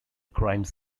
crime